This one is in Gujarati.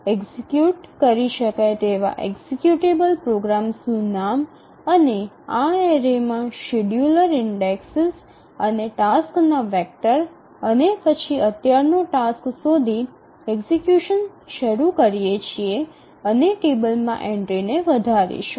એક્ઝેક્યુટ કરી શકાય તેવા એક્ઝેક્યુટેબલ પ્રોગ્રામ્સનું નામ અને આ એરેમાં શેડ્યૂલર ઇન્ડએક્સેસ અને ટાસક્સના વેક્ટર અને પછી અત્યારનો ટાસ્ક શોધી એક્ઝેક્યુશન શરૂ કરીએ છીએ અને ટેબલમાં એન્ટ્રી ને વધારીશું